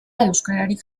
euskararik